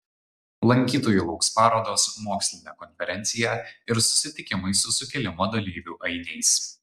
lankytojų lauks parodos mokslinė konferencija ir susitikimai su sukilimo dalyvių ainiais